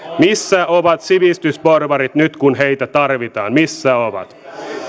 missä ovat sivistysporvarit nyt kun heitä tarvitaan missä ovat